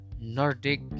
Nordic